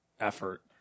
Effort